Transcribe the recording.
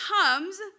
comes